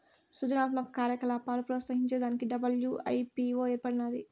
సృజనాత్మక కార్యకలాపాలు ప్రోత్సహించే దానికి డబ్ల్యూ.ఐ.పీ.వో ఏర్పడినాది